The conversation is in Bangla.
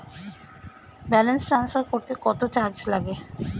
ব্যালেন্স ট্রান্সফার করতে কত চার্জ লাগে?